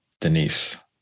Denise